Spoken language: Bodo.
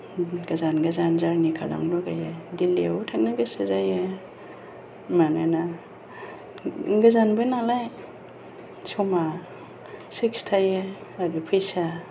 गोजान गोजान जार्नि खालामनो लुगैयो दिल्लीयावबो थांनो गोसो जायो मानोना गोजानबो नालाय समा फिक्स थायो आरो फैसा